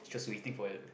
just waiting for your